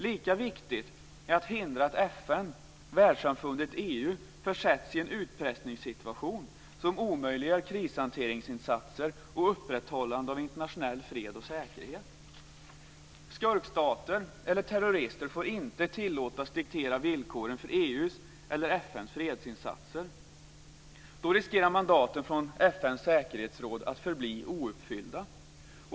Lika viktigt är att hindra att FN, världssamfundet, och EU försätts i en utpressningssituation som omöjliggör krishanteringsinsatser och upprätthållande av internationell fred och säkerhet. Skurkstater eller terrorister får inte tillåtas diktera villkoren för EU:s eller FN:s fredsinsatser, för då riskerar mandaten från FN:s säkerhetsråd att förbli ouppfyllda.